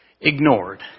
ignored